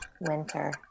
winter